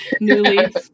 Newly